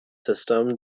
systems